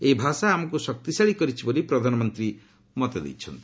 ଏହି ଭାଷା ଆମକୁ ଶକ୍ତିଶାଳୀ କରିଛି ବୋଲି ପ୍ରଧାନମନ୍ତ୍ରୀ ମତ ଦେଇଛନ୍ତି